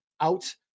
out